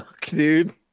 Dude